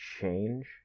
change